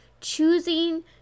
choosing